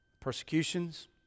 Persecutions